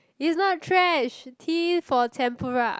it's not trash T for tempura